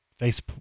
Facebook